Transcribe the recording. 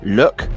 look